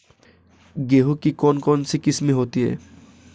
गेहूँ की कौन कौनसी किस्में होती है?